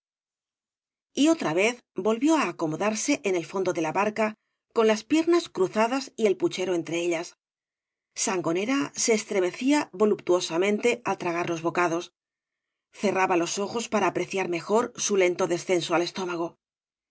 y otra vez volvió á acomodarse en el fondo de la barca con las piernas cruzadas y el puchero ntre ellas sangonera se estremecía voluptuosamente al tragar los bocados cerraba los c jos para apreciar mejor eu lento descenso ai estómago